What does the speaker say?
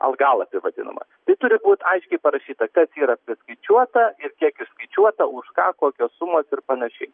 algalapį vadinamą tai turi būt aiškiai parašyta kas yra priskaičiuota ir kiek išskaičiuota už ką kokios sumos ir panašiai